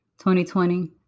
2020